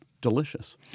delicious